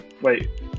Wait